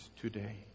today